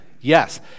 Yes